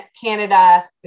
Canada